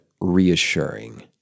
reassuring